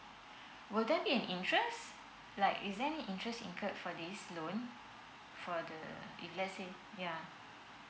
would there be an interest like is there any interest incurred for this loan for the if let's say yeah